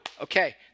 Okay